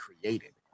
created